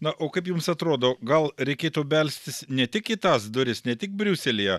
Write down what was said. na o kaip jums atrodo gal reikėtų belstis ne tik į tas duris ne tik briuselyje